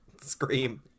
scream